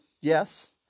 Yes